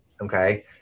Okay